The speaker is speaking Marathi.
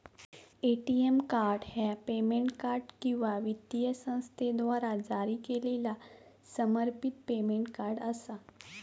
ए.टी.एम कार्ड ह्या पेमेंट कार्ड किंवा वित्तीय संस्थेद्वारा जारी केलेला समर्पित पेमेंट कार्ड असा